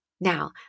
Now